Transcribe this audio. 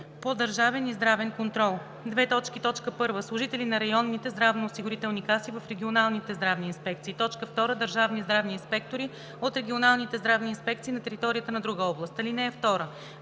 по държавен и здравен контрол: 1. служители на районните здравноосигурителни каси в регионалните здравни инспекции; 2. държавни здравни инспектори от регионалните здравни инспекции на територията на друга област. (2) В случаите